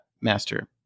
master